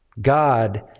God